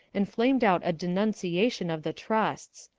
and flamed out a denunciation of the trusts.